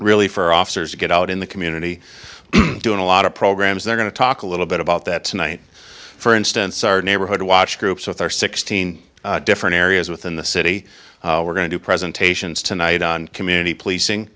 really for officers to get out in the community doing a lot of programs they're going to talk a little bit about that tonight for instance our neighborhood watch groups with our sixteen different areas within the city we're going to do presentations tonight on community policing